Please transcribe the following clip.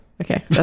Okay